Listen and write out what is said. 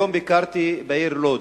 היום ביקרתי בעיר לוד.